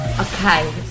Okay